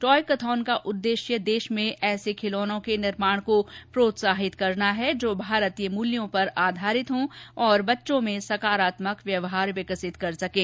toy कथॉन का उद्देश्य देश में ऐसे खिलौनों के निर्माण को प्रात्साहित करना है जो भारतीय मूल्यों पर आधारित हों और बच्चों में सकारात्मक व्यवहार विकसित कर सकें